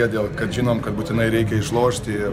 tie dėl kad žinom kad būtinai reikia išlošti ir